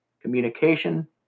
communication